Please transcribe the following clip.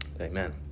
Amen